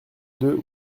deux